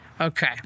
Okay